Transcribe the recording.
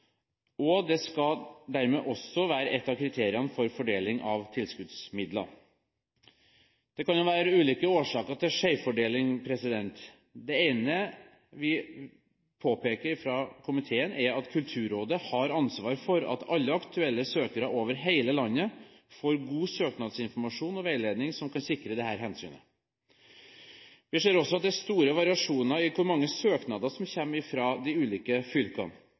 og det skal dermed også være et av kriteriene for fordeling av tilskuddsmidler. Det kan være ulike årsaker til skjevfordeling. Det ene vi påpeker fra komiteen, er at Kulturrådet har ansvar for at alle aktuelle søkere over hele landet får god søknadsinformasjon og veiledning som kan sikre dette hensynet. Vi ser også at det er store variasjoner i hvor mange søknader som kommer fra de ulike fylkene.